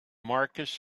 marcus